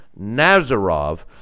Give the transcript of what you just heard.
Nazarov